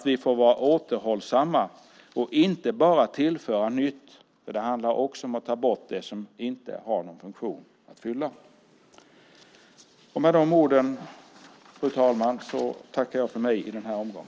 Vi får vara återhållsamma och inte bara tillföra nytt. Det handlar också om att ta bort det som inte har någon funktion att fylla. Med de orden, fru talman, tackar jag för mig i denna omgång.